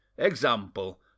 Example